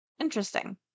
Interesting